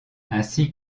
ainsi